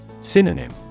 Synonym